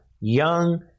young